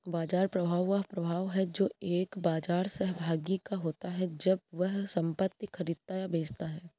बाजार प्रभाव वह प्रभाव है जो एक बाजार सहभागी का होता है जब वह संपत्ति खरीदता या बेचता है